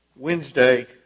Wednesday